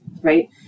right